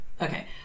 Okay